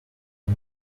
new